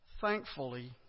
Thankfully